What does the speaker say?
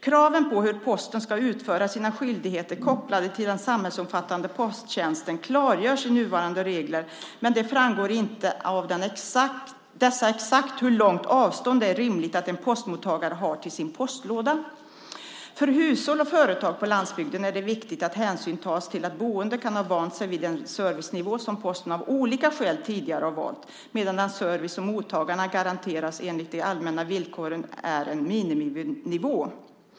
Kraven på hur Posten ska utföra sina skyldigheter kopplade till den samhällsomfattande posttjänsten klargörs i nuvarande regler, men det framgår inte av dessa exakt hur långt avstånd det är rimligt att en postmottagare har till sin postlåda. För hushåll och företag på landsbygden är det viktigt att hänsyn tas till att boende kan ha vant sig vid en servicenivå som Posten av olika skäl tidigare har valt, medan den service som mottagarna garanteras enligt de allmänna villkoren är en miniminivå.